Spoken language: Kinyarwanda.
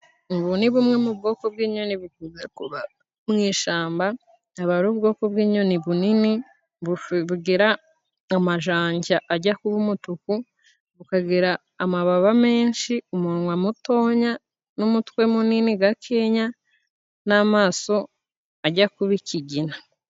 Ubu ni bumwe mu bwoko bw'inyoni bukunze kuba mu ishamba. Aba ari ubwoko bw'inyoni bunini, bugira amajanja ajya kuba umutuku, bukagira amababa menshi, umunwa mutonya, n'umutwe munini gakenya n'amaso ajya kuba ikigina.